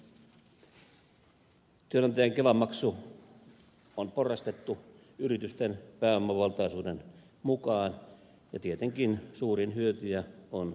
työantajan kelamaksu on porrastettu yritysten pääomavaltaisuuden mukaan ja tietenkin suurin hyötyjä on suurin yritys